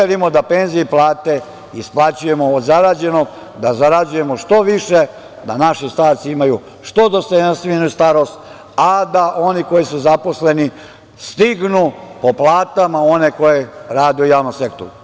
Želimo da penzije i plate isplaćujemo od zarađenog, da zarađujemo što više, da naši starci imaju što dostojanstveniju starost, a da oni koji su zaposleni stignu po platama one koji rade u javnom sektoru.